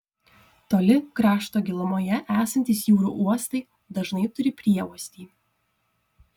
toli krašto gilumoje esantys jūrų uostai dažnai turi prieuostį